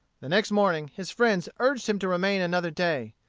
the next morning his friends urged him to remain another day.